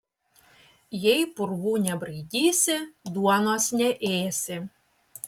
jei purvų nebraidysi duonos neėsi